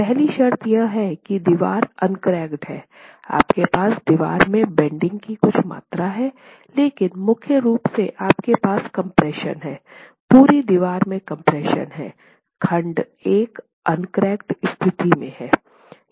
पहली शर्त यह है कि दीवार अनकरैकेड है आपके पास दीवार में बेन्डिंग की कुछ मात्रा है लेकिन मुख्य रूप से आपके पास कम्प्रेशन है पूरी दीवार में कम्प्रेशन है खंड एक अनकरैकेड स्थिति में है